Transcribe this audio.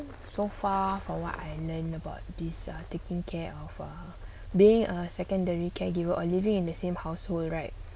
so far from what I learned about this are taking care of a being a secondary caregiver or living in the same household right